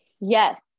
yes